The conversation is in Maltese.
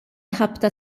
ħabta